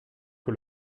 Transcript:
que